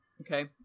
Okay